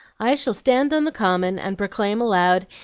i shall stand on the common, and proclaim aloud,